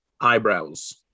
eyebrows